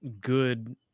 good